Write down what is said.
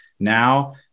Now